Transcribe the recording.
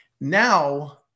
now